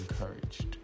encouraged